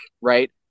right